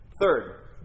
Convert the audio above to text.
Third